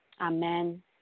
Amen